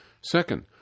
Second